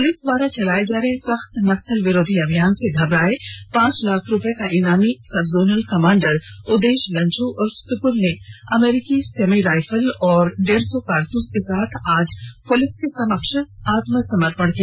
police द्वारा चलाए जा रहे सख्त नक्सल विरोधी अभियान से घबराए पांच लाख का इनामी sub zonal commander Udesh Ganjhu उर्फ सुकुल ने अमेरिकन मेड सेमी राइफल और डेढ़ सौ कारतूस के साथ आज पूलिस के समक्ष आत्मसमर्पण किया